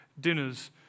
dinners